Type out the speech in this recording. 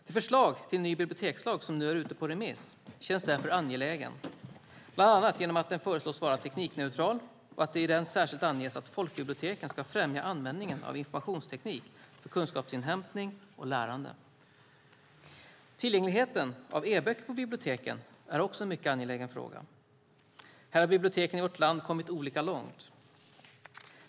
Det förslag till ny bibliotekslag som nu är ute på remiss känns därför angelägen, bland annat genom att den föreslås vara teknikneutral och att det särskilt anges att folkbiblioteken ska främja användningen av informationsteknik för kunskapsinhämtning och lärande. Tillgängligheten av e-böcker på biblioteken är en mycket angelägen fråga. Här har biblioteken i vårt land kommit olika långt.